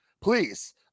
please